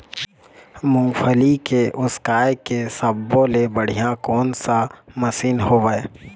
मूंगफली के उसकाय के सब्बो ले बढ़िया कोन सा मशीन हेवय?